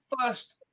first